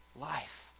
life